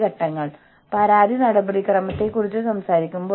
കാരണം അവർക്ക് അവരുടെ കുടുംബ ഉത്തരവാദിത്തങ്ങളുണ്ട്